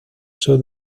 sur